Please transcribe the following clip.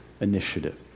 initiative